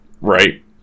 Right